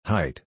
Height